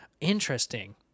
Interesting